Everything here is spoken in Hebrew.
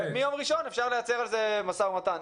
ומיום ראשון אפשר לייצר על זה משא ומתן.